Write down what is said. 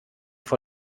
vor